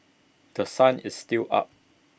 The Sun is still up